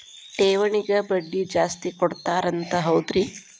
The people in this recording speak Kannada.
ಠೇವಣಿಗ ಬಡ್ಡಿ ಜಾಸ್ತಿ ಕೊಡ್ತಾರಂತ ಹೌದ್ರಿ?